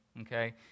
Okay